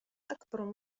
أكبر